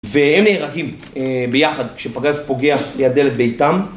והם נהרגים ביחד כשפגז פוגע ליד דלת ביתם.